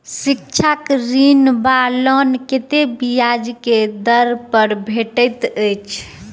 शिक्षा ऋण वा लोन कतेक ब्याज केँ दर सँ भेटैत अछि?